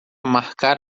marcar